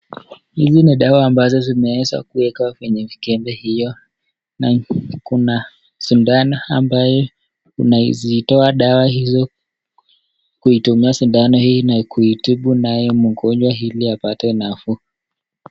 Hizi ni dawa zenye zimeweza kuwekwa kwenye mikembe hiyo na kuna sindano ambayo unazitoa dawa hizo kutumia sindano hiyo na kuitibu nayo mgonjwa ili apate nafuu.